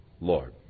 Lord